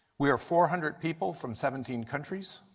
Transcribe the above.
we are four hundred people from seventeen countries.